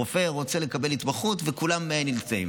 רופא רוצה לקבל התמחות, וכולם נמצאים.